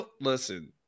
Listen